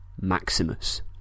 Maximus